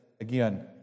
again